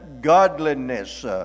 godliness